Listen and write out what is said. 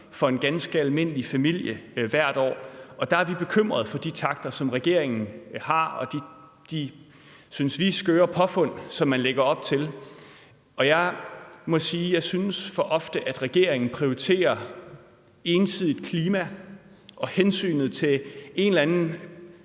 køre mange tusind kilometer hvert år. Her er vi bekymrede for de takter, som regeringen har, og de, synes vi, skøre påfund, som man lægger op til. Jeg må sige, jeg synes, at regeringen for ofte prioriterer klima ensidigt samt hensynet til en eller anden